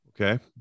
Okay